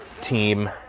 team